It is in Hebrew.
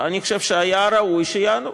ואני חושב שהיה ראוי שיענו